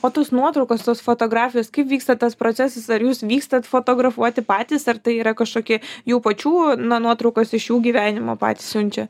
o tos nuotraukos tos fotografijos kaip vyksta tas procesas ar jūs vykstat fotografuoti patys ar tai yra kažkokie jų pačių na nuotraukos iš jų gyvenimo patys siunčia